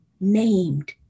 Named